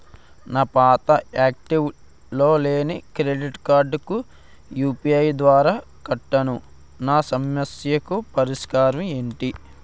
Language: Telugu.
నా పాత యాక్టివ్ లో లేని క్రెడిట్ కార్డుకు యు.పి.ఐ ద్వారా కట్టాను నా సమస్యకు పరిష్కారం ఎంటి?